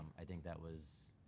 i think that was.